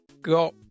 got